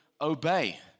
obey